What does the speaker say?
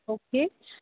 okay